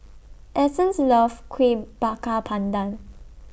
Essence loves Kuih Bakar Pandan